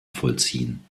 vollziehen